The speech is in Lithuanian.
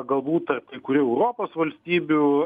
galbūt kai kurių europos valstybių